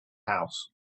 house